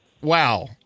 Wow